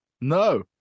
No